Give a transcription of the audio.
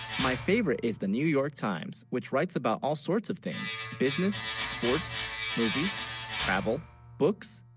my, favorite is the new. york times, which writes, about all sorts of things business sports movies travel books,